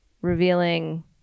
revealing